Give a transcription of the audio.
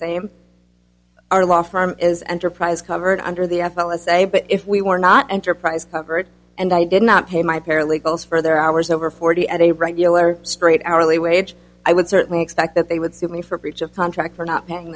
same our law firm is enterprise covered under the f l essay but if we were not enterprise covered and i did not pay my paralegals for their hours over forty at a regular straight hourly wage i would certainly expect that they would sue me for breach of contract for not paying